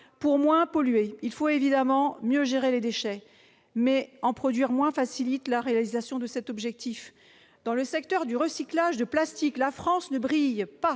Pour moins polluer, il faut évidemment mieux gérer les déchets, mais en produire moins facilite la réalisation de cet objectif. Rétablissons les porteurs d'eau ! Dans le secteur du recyclage du plastique, la France ne brille pas